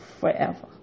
forever